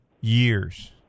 years